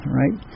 right